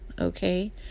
Okay